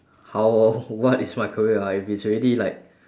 how what is my career ah if it's already like